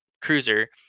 cruiser